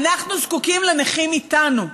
אנחנו זקוקים לנכים איתנו.